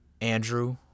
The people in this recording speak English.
Andrew